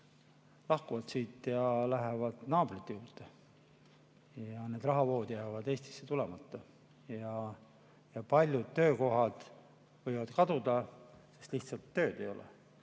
lahkuvad siit ja lähevad naabrite juurde, need rahavood jäävad Eestisse tulemata ja paljud töökohad võivad kaduda, sest tööd lihtsalt ei ole.